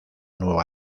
nueva